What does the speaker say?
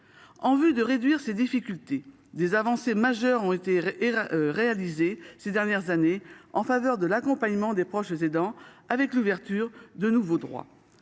Afin de réduire ces difficultés, des avancées majeures ont été accomplies ces dernières années en faveur de l’accompagnement des proches aidants, grâce à l’ouverture de nouveaux droits.